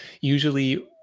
usually